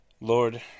Lord